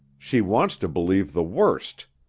she wants to believe the worst.